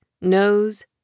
nose